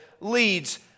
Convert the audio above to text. leads